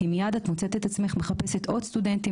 כי שנייה אחרי זה את מחפשת עוד סטודנטים